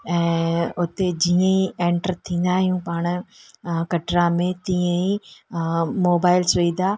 ऐं उते जीअं ई एंटर थींदा आहियूं पाण कटरा में तीअं ई मोबाइल सुविधा